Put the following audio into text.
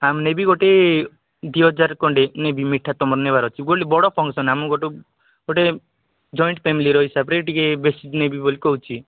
ଆଁ ନେବି ଗୋଟେ ଦୁଇଇ ହଜାର ଖଣ୍ଡେ ନେବି ମିଠା ତ ମୋର ନେବାର ଅଛି ବୋଲି ବଡ଼ ଫଙ୍କ୍ସନ୍ ଆମ ଗୋଟ ଗୋଟେ ଜଏଣ୍ଟ୍ ଫ୍ୟାମିଲିର ହିସାବରେ ଟିକେ ବେଶୀ ନେବି ବୋଲି କହୁଛି